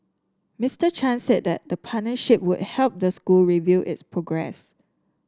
Mister Chan said the partnership would help the school review its progress